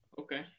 okay